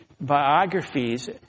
biographies